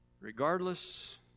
Regardless